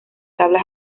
tabla